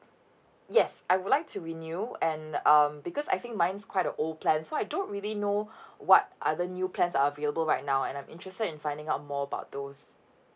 yes I would like to renew and um because I think mine's quite an old plan so I don't really know what are the new plans are available right now and I'm interested in finding out more about those